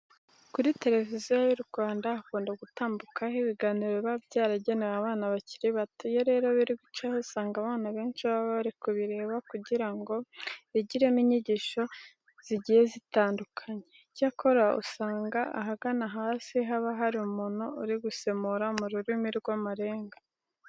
Kuri Televiziyo Rwanda hakunda gutambukaho ibiganiro biba byaragenewe abana bakiri bato. Iyo rero biri gucaho usanga abana benshi baba bari kubireba kugira ngo bigiremo inyigisho zigiye zitandukanye. Icyakora usanga ahagana hasi haba hari umuntu uri gusemura mu rurimi rw'amarenga.